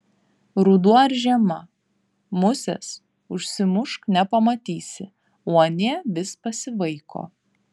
ruduo ar žiema musės užsimušk nepamatysi o anie vis pasivaiko